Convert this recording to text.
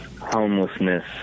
homelessness